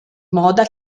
moda